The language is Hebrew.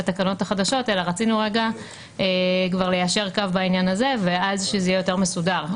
לתקנות החדשות אלא רצינו ליישר קו בעניין הזה ואז זה יהיה יותר מסודר.